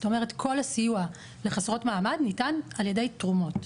כל הסיוע לחסרות מעמד ניתן על ידי תרומות,